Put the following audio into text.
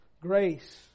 grace